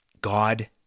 God